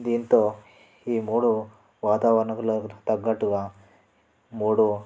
దీంతో ఈ మూడు వాతావరణములకు తగ్గట్టుగా మూడు